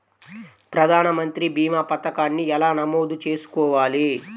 ప్రధాన మంత్రి భీమా పతకాన్ని ఎలా నమోదు చేసుకోవాలి?